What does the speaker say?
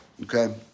Okay